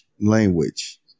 language